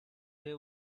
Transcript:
they